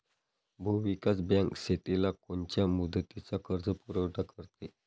भूविकास बँक शेतीला कोनच्या मुदतीचा कर्जपुरवठा करते?